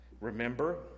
Remember